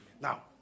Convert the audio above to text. Now